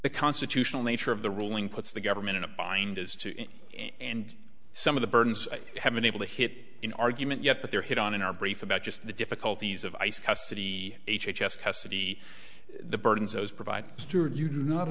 the constitutional nature of the ruling puts the government in a bind as to and some of the burns have been able to hit an argument yet but they're hit on in our brief about just the difficulties of ice custody h h s custody the burdens those provide stuart you do not